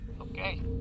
Okay